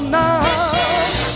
now